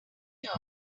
job